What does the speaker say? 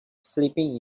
sleeping